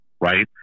right